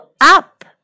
up